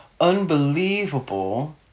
unbelievable